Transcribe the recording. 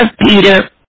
Peter